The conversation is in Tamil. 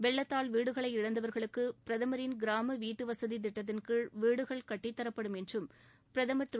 வெள்ளத்தால் வீடுகளை இழந்தவர்களுக்கு பிரதமின் கிராம வீட்டுவசதி திட்டத்தின்கீழ் வீடுகள் கட்டித்தரப்படும் என்றும் பிரதமர் திரு